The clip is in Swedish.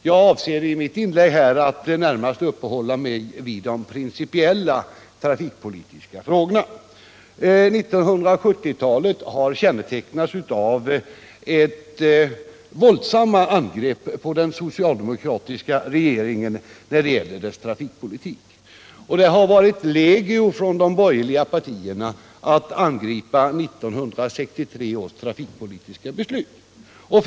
Jag avser att i mitt inlägg närmast uppehålla mig vid de principiella trafikpolitiska frågorna. 1970-talet har kännetecknats av våldsamma angrepp på den socialdemokratiska regeringen för dess trafikpolitik. De borgerliga partiernas attacker mot 1963 års trafikpolitiska beslut har varit legio.